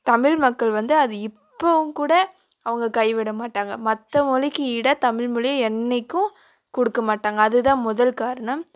தமிழ் மக்கள் வந்து அது இப்போவும் கூட அவங்க கை விடமாட்டாங்க மற்ற மொழிக்கு ஈடாக தமிழ்மொழியை என்றைக்கும் கொடுக்க மாட்டாங்க அதுதான் முதல் காரணம்